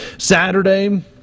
Saturday